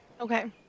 Okay